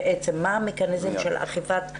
מה המכניזם של אכיפת הנוהל?